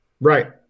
right